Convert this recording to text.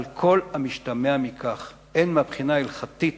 על כל המשתמע מכך, הן מהבחינה ההלכתית